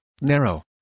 narrow